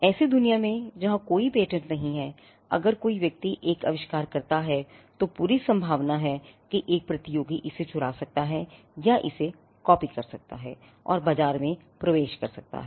ऐसी दुनिया में जहां कोई पेटेंट नहीं है अगर कोई व्यक्ति एक आविष्कार करता है तो पूरी संभावना है कि एक प्रतियोगी इसे चुरा सकता है या इसे कॉपी कर सकता है और बाजार में प्रवेश कर सकता है